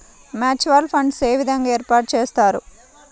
Mutual funds ఏ విధంగా ఏర్పాటు చేస్తారు?